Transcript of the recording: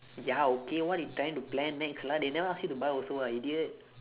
ya okay what you trying to plan next lah they never ask you to buy also [what] idiot